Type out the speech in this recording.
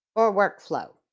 or workflow.